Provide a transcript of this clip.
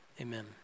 amen